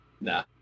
Nah